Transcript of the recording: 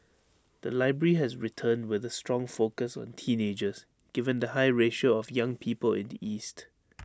the library has returned with A strong focus on teenagers given the high ratio of young people in the east